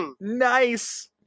Nice